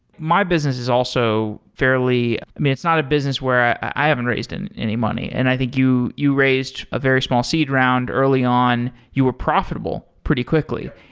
my business is also fairly i mean it's not a business where i haven't raised and money, and i think you you raised a very small seed round early on. you were profitable pretty quickly.